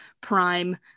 prime